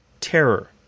terror